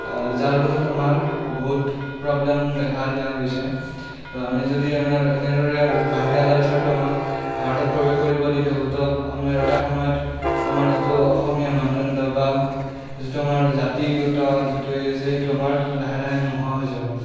যাৰ ফলত আমাৰ বহুত প্ৰব্লেম দেখা দিয়া গৈছে আমি যদি আমাৰ এনেদৰে বাহিৰা কালচাৰটো আমাক ভাৰতত প্ৰৱেশ কৰিব দি থাকোঁ তো আমাৰ এটা সময়ত আমাৰ যিটো অসমীয়া মানদণ্ড বা যিটো আমাৰ জাতিগত যিটো হৈ আছে সেইটো আমাৰ লাহে লাগে নোহোৱা হৈ যাব